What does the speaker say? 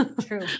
True